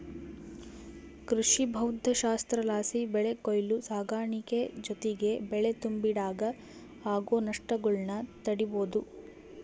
ಕೃಷಿಭೌದ್ದಶಾಸ್ತ್ರಲಾಸಿ ಬೆಳೆ ಕೊಯ್ಲು ಸಾಗಾಣಿಕೆ ಜೊತಿಗೆ ಬೆಳೆ ತುಂಬಿಡಾಗ ಆಗೋ ನಷ್ಟಗುಳ್ನ ತಡೀಬೋದು